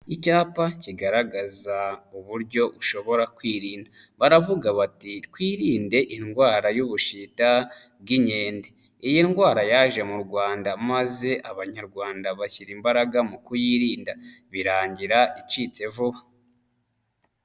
Icyapa kigaragaza uburyo ushobora kwirinda. Baravuga bati twirinde indwara y'ubushita bw'inkende. Iyi ndwara yaje mu Rwanda maze abanyarwanda bashyira imbaraga mu kuyirinda birangira icitse vuba.